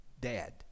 Dad